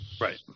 Right